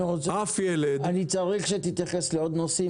אף ילד --- אני צריך שתתייחס לעוד נושאים.